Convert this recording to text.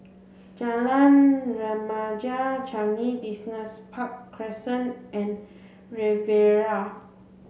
Jalan Remaja Changi Business Park Crescent and Riviera